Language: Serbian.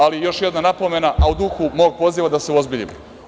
Ali još jedna napomena, a u duhu mog poziva da se uozbiljimo.